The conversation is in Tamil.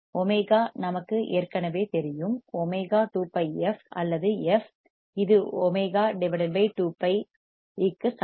ஒமேகா நமக்கு ஏற்கனவே தெரியும் ஒமேகா 2πf அல்லது f இது w 2π க்கு சமம்